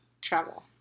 Travel